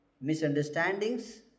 Misunderstandings